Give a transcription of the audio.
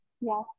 Yes